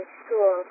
school